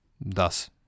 Thus